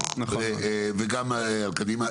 וגם קדימה.